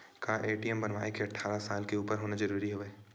का ए.टी.एम बनवाय बर अट्ठारह साल के उपर होना जरूरी हवय?